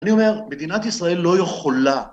אני אומר, מדינת ישראל לא יכולה...